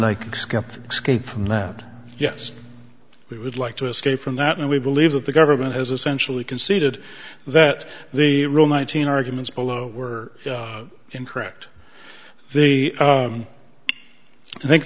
like skeptics came from that yes we would like to escape from that and we believe that the government has essentially conceded that the rule nineteen arguments below were incorrect the i think